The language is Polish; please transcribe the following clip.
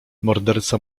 morderca